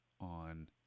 on